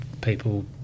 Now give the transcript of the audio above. people